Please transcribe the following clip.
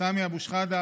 סמי אבו שחאדה,